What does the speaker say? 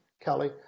Kelly